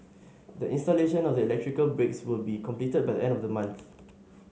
the installation of the electrical breaks will be completed by the end of the month